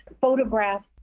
photographs